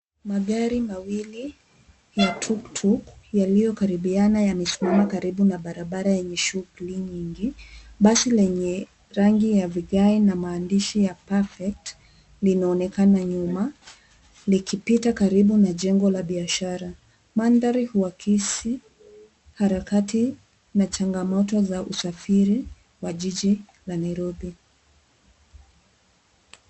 Magari mawili ya tuktuk yaliyokaribiana yamesimama karibu na barabara yenye shughuli nyingi. Basi lenye rangi ya vigae na maandishi ya perfect linaonekana nyuma likipita karibu na jengo la biashara. Mandhari huakisi harakati na changamoto za usafiri wa jiji la Nairobi.